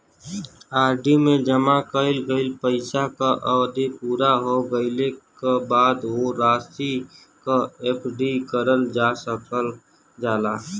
RD में जमा कइल गइल पइसा क अवधि पूरा हो गइले क बाद वो राशि क एफ.डी करल जा सकल जाला